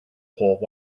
pole